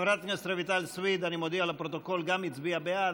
חברת הכנסת רויטל סויד גם הצביעה בעד,